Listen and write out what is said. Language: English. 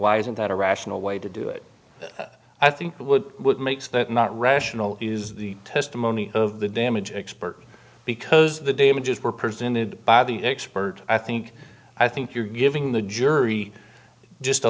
why isn't that a rational way to do it i think that would what makes that not rational is the testimony of the damage expert because the damages were presented by the expert i think i think you're giving the jury just a